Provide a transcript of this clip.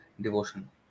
devotion